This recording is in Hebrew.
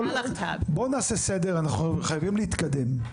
בואו נעשה סדר כי אנחנו חייבים להתקדם.